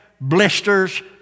blisters